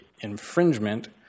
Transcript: infringement